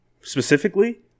specifically